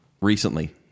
recently